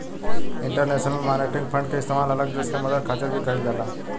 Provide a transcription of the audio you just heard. international monetary fund के इस्तेमाल अलग देश के मदद खातिर भी कइल जाला